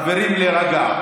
מה לעשות, חברים, להירגע.